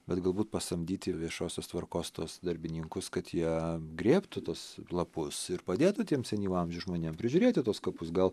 bet galbūt pasamdyti viešosios tvarkos tuos darbininkus kad jie grėbtų tuos lapus ir padėtų tiem senyvo amžiaus žmonėm prižiūrėti tuos kapus gal